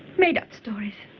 madeup stories.